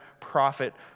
prophet